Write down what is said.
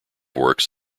works